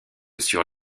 sur